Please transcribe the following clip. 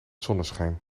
zonneschijn